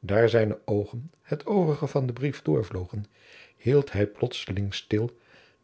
daar zijne oogen het overige van den brief doorvlogen hield hij plotseling stil